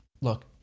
look